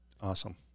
Awesome